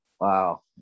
wow